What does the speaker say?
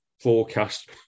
forecast